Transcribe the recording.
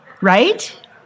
right